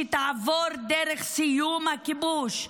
שתעבור דרך סיום הכיבוש,